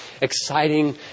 exciting